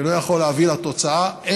שלא יכול להביא לתוצאה,